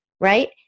right